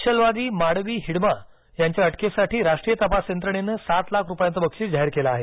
नक्षलवादी माडवी हिडमा याच्या अटकेसाठी राष्ट्रीय तपास यंत्रणेनं सात लाख रुपयांचं बक्षीस जाहीर केलं आहे